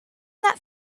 that